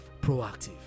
proactive